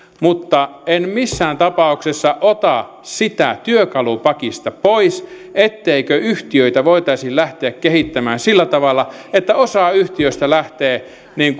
mutta en missään tapauksessa ota työkalupakista pois sitä etteikö yhtiöitä voitaisi lähteä kehittämään sillä tavalla että osa yhtiöistä lähtee